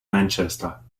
manchester